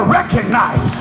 recognize